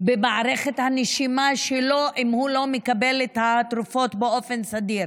במערכת הנשימה שלו אם הוא לא מקבל את התרופות באופן סדיר.